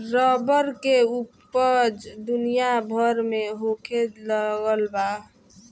rubber के ऊपज दुनिया भर में होखे लगल बा